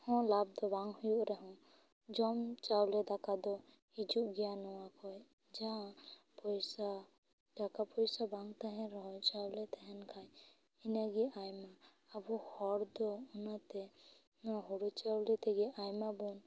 ᱦᱚᱸ ᱞᱟᱵ ᱫᱚ ᱵᱟᱝ ᱦᱩᱭᱩᱜ ᱨᱮᱦᱚᱸ ᱡᱚᱢ ᱪᱟᱣᱞᱮ ᱫᱟᱠᱟ ᱫᱚ ᱦᱤᱡᱩᱜ ᱜᱮᱭᱟ ᱱᱚᱣᱟ ᱠᱷᱚᱡ ᱡᱟᱦᱟᱸ ᱯᱚᱭᱥᱟ ᱴᱟᱠᱟ ᱯᱚᱭᱥᱟ ᱵᱟᱝ ᱛᱟᱦᱮᱱ ᱨᱮᱦᱚᱸ ᱪᱟᱣᱞᱮ ᱛᱟᱦᱮᱱ ᱠᱷᱟᱱ ᱤᱱᱟᱹᱜᱮ ᱟᱭᱢᱟ ᱟᱵᱚ ᱦᱚᱲ ᱫᱚ ᱚᱱᱟ ᱛᱮ ᱱᱚᱣᱟ ᱦᱩᱲᱩ ᱪᱟᱣᱞᱮ ᱛᱮᱜᱮ ᱟᱭᱢᱟ ᱵᱚᱱ